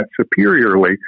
superiorly